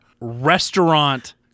restaurant